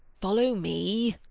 follow me.